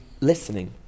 listening